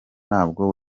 ntabwo